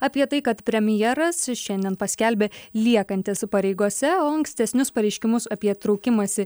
apie tai kad premjeras šiandien paskelbė liekantis pareigose o ankstesnius pareiškimus apie traukimąsi